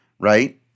Right